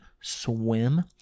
swim